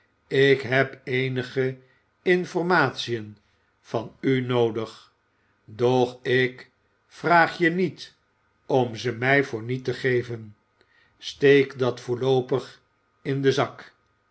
ik heb eenige informatiën van u noodig doch ik vraag je niet om ze mij voor niet te geven steek dat voorloopig in den zak